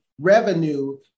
revenue